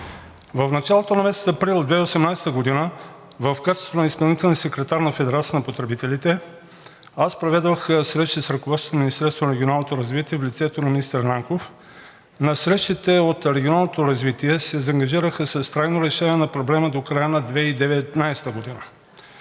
В началото на месец април 2018 г. в качеството си на изпълнителен секретар на Федерацията на потребителите аз проведох срещи с ръководството на Министерството на регионалното развитие в лицето на министър Нанков. На срещите от Регионалното развитие се заангажираха с трайно решение на проблема до края на 2019 г.